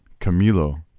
Camilo